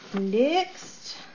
Next